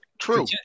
True